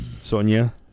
Sonia